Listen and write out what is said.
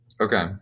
okay